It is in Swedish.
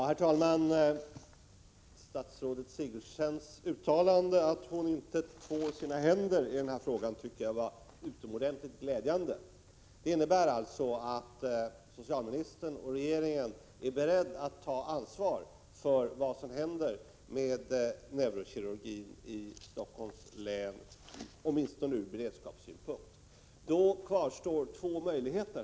Herr talman! Statsrådet Sigurdsens uttalande att hon inte tvår sina händer i den här frågan tycker jag var utomordentligt glädjande. Det innebär alltså att socialministern och regeringen är beredd att ta ansvar för vad som händer med neurokirurgin i Stockholms län, åtminstone från beredskapssynpunkt. Då kvarstår två möjligheter.